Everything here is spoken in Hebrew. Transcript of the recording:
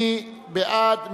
מי בעד?